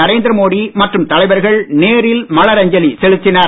நரேந்திர மோடி மற்றும் தலைவர்கள் நேரில் மலர் அஞ்சலி செலுத்தினர்